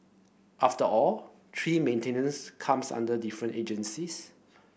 after all tree maintenance comes under different agencies